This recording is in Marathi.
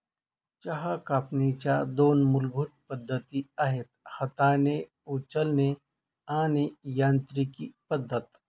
चहा कापणीच्या दोन मूलभूत पद्धती आहेत हाताने उचलणे आणि यांत्रिकी पद्धत